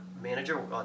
manager